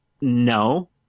No